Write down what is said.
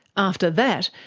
after that,